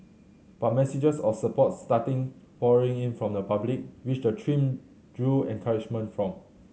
but messages of support started pouring in from the public which the team drew encouragement from